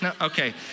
Okay